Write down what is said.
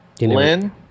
Lynn